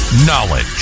Knowledge